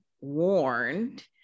warned